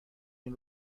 این